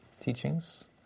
teachings